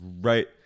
right